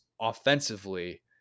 offensively